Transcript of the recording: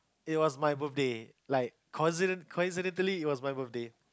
it was my birthday like coincident~ coincidentally it was my birthday